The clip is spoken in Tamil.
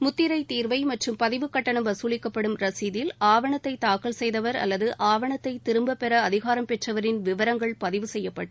முத்திரை தீர்வை மற்றும் பதிவுக்கட்டணம் வசூலிக்கப்படும் ரசீதில் ஆவணத்தை தாக்கல் செய்தவர் அல்லது ஆவணத்தை திரும்பப்பெற அதிகாரம் பெற்றவரின் விவரங்கள் பதிவு செய்யப்பட்டு